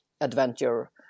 adventure